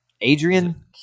Adrian